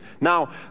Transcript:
Now